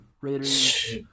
Raiders